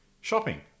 shopping